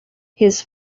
his